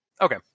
Okay